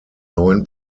neuen